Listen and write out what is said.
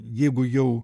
jeigu jau